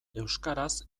euskaraz